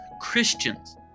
Christians